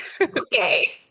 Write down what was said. Okay